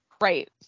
right